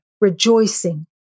rejoicing